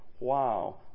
Wow